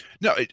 No